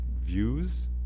views